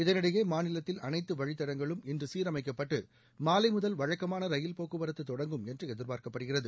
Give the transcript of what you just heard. இதனிடையே மாநிலத்தில் அனைத்து வழித்தடங்களும் இன்று சீரமைக்கப்பட்டு மாலை முதல் வழக்கமான ரயில்போக்குவரத்து தொடங்கும் என்று எதிர்பார்க்கப்படுகிறது